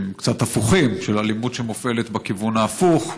שהם קצת הפוכים, של אלימות שמופעלת בכיוון ההפוך,